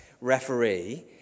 referee